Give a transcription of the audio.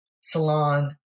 salon